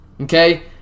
Okay